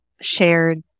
shared